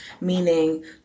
Meaning